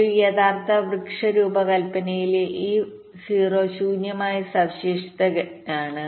ഒരു യഥാർത്ഥ വൃക്ഷ രൂപകൽപ്പനയിലെ ഈ 0 ശൂന്യമായ സവിശേഷതകൾ ശരിയാണ്